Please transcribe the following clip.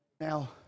Now